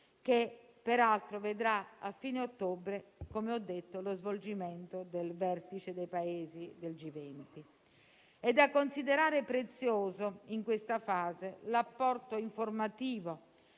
che, peraltro, vedrà a fine ottobre - come ho detto - lo svolgimento del vertice dei Paesi del G20. È da considerare prezioso in questa fase l'apporto informativo